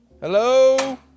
Hello